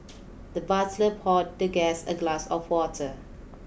the butler poured the guest a glass of water